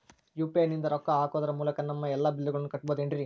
UPI ನಿಂದ ರೊಕ್ಕ ಹಾಕೋದರ ಮೂಲಕ ನಮ್ಮ ಎಲ್ಲ ಬಿಲ್ಲುಗಳನ್ನ ಕಟ್ಟಬಹುದೇನ್ರಿ?